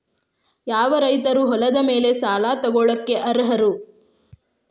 ಯಾವ ರೈತರು ಹೊಲದ ಮೇಲೆ ಸಾಲ ತಗೊಳ್ಳೋಕೆ ಅರ್ಹರು?